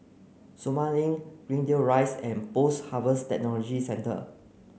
Sumang Link Greendale Rise and Post Harvest Technology Centre